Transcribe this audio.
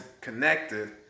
connected